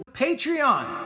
Patreon